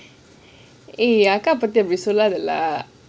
eh அக்க பத்தி அப்படி சொல்லாத ல:akka pathi appdi sollaatha la